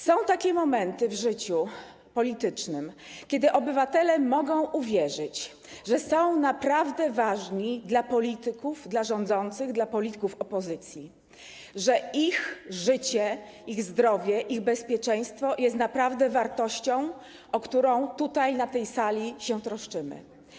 Są takie momenty w życiu politycznym, kiedy obywatele mogą uwierzyć, że są naprawdę ważni dla polityków, dla rządzących, dla polityków opozycji, że ich życie, ich zdrowie, ich bezpieczeństwo są naprawdę wartością, o którą tutaj na tej sali się troszczymy.